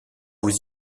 vous